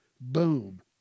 Boom